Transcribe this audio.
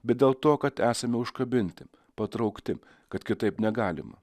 bet dėl to kad esame užkabinti patraukti kad kitaip negalima